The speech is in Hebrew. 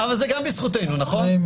אבל זה גם בזכותנו, נכון?